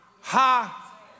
ha